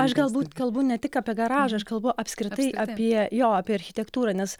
aš galbūt kalbu ne tik apie garažą aš kalbu apskritai apie jo apie architektūrą nes